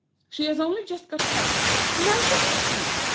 she has only just got home and now she leaves me.